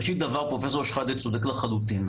ראשית דבר: פרופ' שחאדה צודק לחלוטין.